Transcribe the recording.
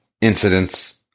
incidents